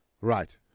Right